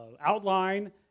outline